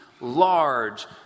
large